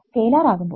scalar ആക്കുമ്പോൾ